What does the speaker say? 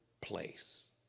place